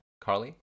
carly